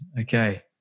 Okay